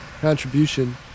contribution